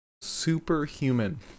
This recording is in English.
Superhuman